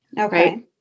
Okay